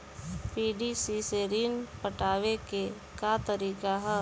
PDC से ऋण पटावे के का तरीका ह?